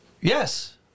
Yes